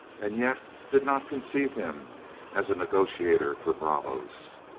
and yet did not conceive him as a negotiator for bravos.